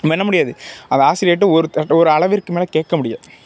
நம்ம என்ன முடியாது அதை ஆசிரியர்கிட்ட ஒரு ஒரு அளவிற்கு மேல் கேட்க முடியாது